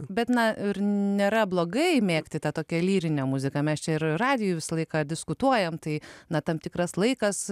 bet na ir nėra blogai mėgti tą tokią lyrinę muziką mes čia ir radiju visą laiką diskutuojame tai na tam tikras laikas